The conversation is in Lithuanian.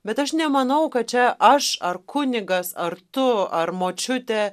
bet aš nemanau kad čia aš ar kunigas ar tu ar močiutė